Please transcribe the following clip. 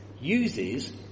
uses